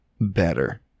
better